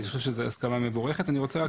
אני חושב שזה הסכמה מבורכת.